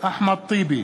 אחמד טיבי,